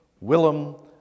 Willem